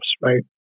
Right